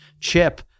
chip